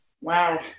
Wow